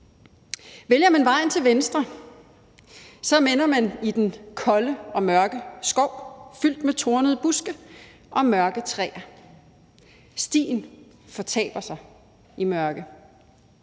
Vælger man vejen til venstre, ender man i den kolde og mørke skov fyldt med tornede buske og mørke træer, stien fortaber sig i mørke.